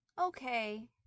okay